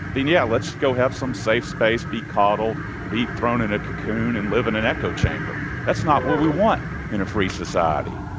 then yeah, let's go have some safe space, be coddled, be thrown in a cocoon and live in an echo chamber. that's not what we want in a free society.